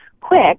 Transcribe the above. quick